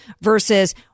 versus